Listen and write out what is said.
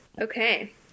Okay